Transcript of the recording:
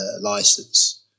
license